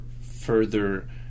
further